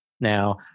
Now